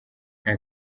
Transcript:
nta